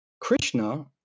Krishna